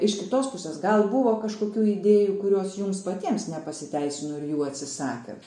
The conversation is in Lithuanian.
iš kitos pusės gal buvo kažkokių idėjų kurios jums patiems nepasiteisino ir jų atsisakėt